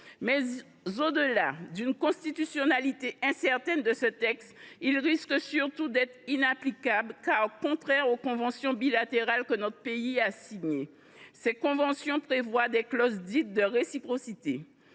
Au delà d’une constitutionnalité incertaine, ce texte risque surtout d’être inapplicable, car contraire aux conventions bilatérales que notre pays a signées. Celles ci contiennent des clauses dites de réciprocité.